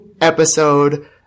episode